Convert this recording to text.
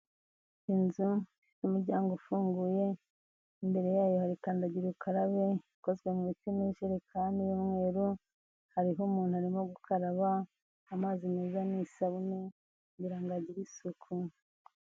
Inzu y'umuryango ufunguye, imbere yayo hari kandagira ukarabe, ikozwe mu biti n'ijererekani y'umweru, hariho umuntu arimo gukaraba, amazi meza n'isabune kugira ngo agire isuku.